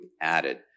added